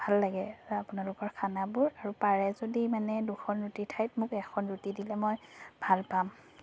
ভাল লাগে আপোনালোকৰ খানাবোৰ আৰু পাৰে যদি মানে দুখন ৰুটিৰ ঠাইত মোক এখন ৰুটি দিলে মই ভাল পাম